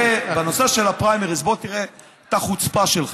לגבי הנושא של הפריימריז, בוא תראה את החוצפה שלך.